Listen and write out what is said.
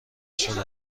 شده